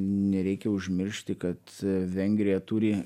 nereikia užmiršti kad vengrija turi